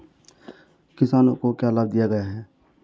किसानों को क्या लाभ दिए गए हैं?